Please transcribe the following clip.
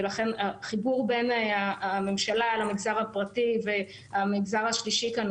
ולכן החיבור בין הממשלה למוצר הפרטי והמגזר השלישי כאן,